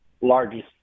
largest